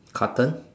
cotton